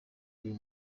uyu